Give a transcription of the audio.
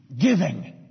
giving